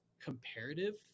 comparative